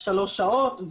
שלוש שעות,